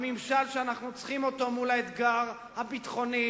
לממשל שאנחנו צריכים אותו מול האתגר הביטחוני